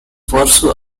pursue